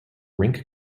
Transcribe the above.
rink